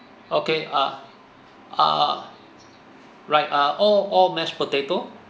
okay ah ah right uh all all mashed potato